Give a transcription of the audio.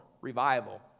revival